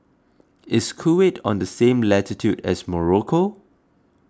is Kuwait on the same latitude as Morocco